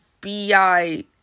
bi